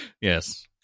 Yes